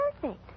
perfect